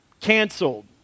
canceled